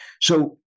So-